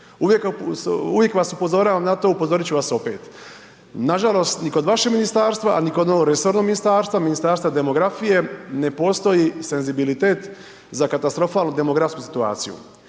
Uvijek vas upozoravam na to, upozorit ću vas opet. Nažalost ni kod vašeg ministarstva a ni kod novoresornog ministarstva, Ministarstva demografije, ne postoji senzibilitet za katastrofalnu demografsku situaciju.